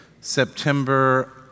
September